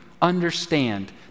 understand